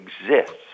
exists